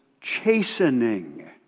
chastening